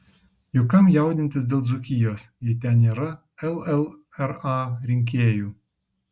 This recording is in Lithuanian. juk kam jaudintis dėl dzūkijos jei ten nėra llra rinkėjų